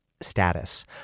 status